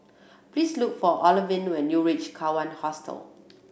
please look for Olivine when you reach Kawan Hostel